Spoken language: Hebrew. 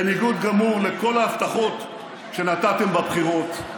בניגוד גמור לכל ההבטחות שנתתם בבחירות,